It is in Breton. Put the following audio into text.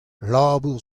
labour